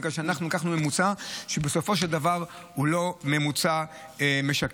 בגלל שאנחנו לקחנו ממוצע שבסופו של דבר הוא לא ממוצע משקף.